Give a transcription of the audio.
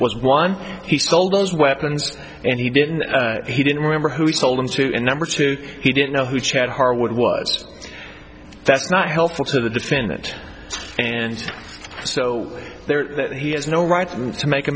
was one he sold those weapons and he didn't he didn't remember who sold them to and number two he didn't know who chad harwood was that's not helpful to the defendant and so that he has no right to make a